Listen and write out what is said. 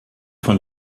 von